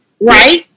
right